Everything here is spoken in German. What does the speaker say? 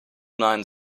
nein